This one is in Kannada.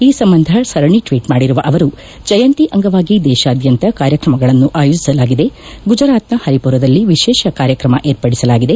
ಈ ಸಂಬಂಧ ಸರಣಿ ಟ್ವೀಟ್ ಮಾಡಿರುವ ಅವರು ಜಯಂತಿ ಅಂಗವಾಗಿ ದೇಶಾದ್ಯಂತ ಕಾರ್ಯಕ್ರಮಗಳನ್ನು ಆಯೋಜಿಸಲಾಗಿದೆ ಗುಜರಾತ್ನ ಪರಿಮರದಲ್ಲಿ ವಿಶೇಷ ಕಾರ್ಯಕ್ರಮ ವಿರ್ಪಡಿಸಲಾಗಿದೆ